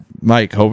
Mike